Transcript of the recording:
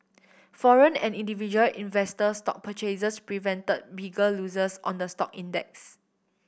foreign and individual investor stock purchases prevented bigger losses on the stock index